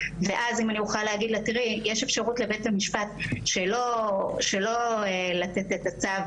ואז אם אני אוכל להגיד לה שיש אפשרות לבית המשפט שלא לתת את הצו,